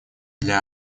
для